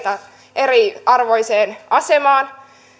eriarvoiseen asemaan